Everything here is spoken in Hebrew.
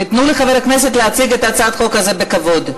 ותנו לחבר הכנסת להציג את הצעת החוק הזאת בכבוד.